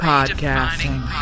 Podcasting